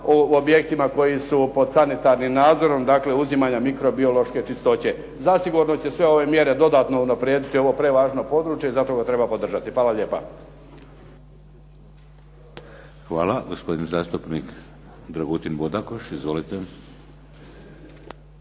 o objektima koji su pod sanitarnim nadzorom dakle uzimanja mikrobiološke čistoće. Zasigurno će sve ove mjere dodatno unaprijediti ovo prevažno područje i zapravo treba podržati. Hvala lijepa. **Šeks, Vladimir (HDZ)** Hvala. Gospodin zastupnik Dragutin Bodakoš. Izvolite.